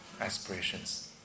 aspirations